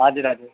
हजुर हजुर